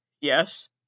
yes